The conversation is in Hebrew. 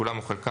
כולם או חלקם,